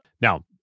now